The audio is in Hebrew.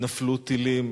נפלו טילים